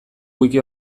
wiki